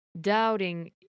doubting